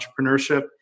Entrepreneurship